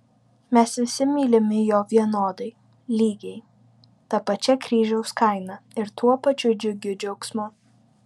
mes visi mylimi jo vienodai lygiai ta pačia kryžiaus kaina ir tuo pačiu džiugiu džiaugsmu